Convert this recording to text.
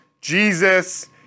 Jesus